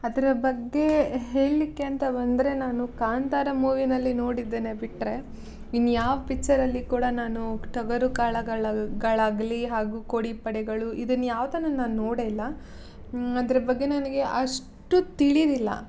ಅದರ ಬಗ್ಗೆ ಹೇಳಲಿಕ್ಕೆ ಅಂತ ಬಂದರೆ ನಾನು ಕಾಂತಾರ ಮೂವಿಯಲ್ಲಿ ನೋಡಿದ್ದೇನೆ ಬಿಟ್ಟರೆ ಇನ್ಯಾವ ಪಿಕ್ಚರಲ್ಲಿ ಕೂಡ ನಾನು ಟಗರು ಕಾಳ ಗಳಾಗಲಿ ಹಾಗು ಕೋಳಿ ಪಡೆಗಳು ಇದನ್ನು ಯಾವುದನ್ನೂ ನಾನು ನೋಡೇ ಇಲ್ಲ ಅದ್ರ ಬಗ್ಗೆ ನನಗೆ ಅಷ್ಟು ತಿಳಿದಿಲ್ಲ